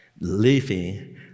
living